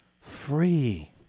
free